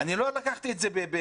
אני לא אמרתי את זה בצחוק.